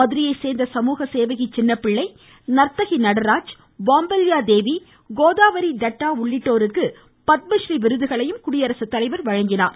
மதுரையைச் சோ்ந் சமூக சேவகி சின்னப்பிள்ளை நா்த்தகி நட்ராஜ் பாம்பல்யா தேவி கோதாவரி தத்தா உள்ளிட்டோருக்கு பத்ம ஸ்ரீ விருதுகளை அவர் வழங்கினார்